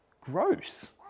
gross